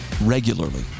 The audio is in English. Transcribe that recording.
regularly